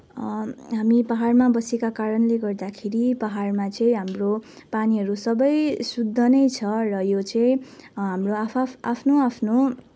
हामी पहाडमा बसेका कारणले गर्दाखेरि पहाडमा चाहिँ हाम्रो पानीहरू सबै शुद्ध नै छ र यो चाहिँ हाम्रो आफ आफ आफ्नो आफ्नो